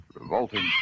Revolting